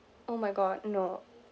oh my god no